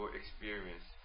experience